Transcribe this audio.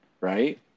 right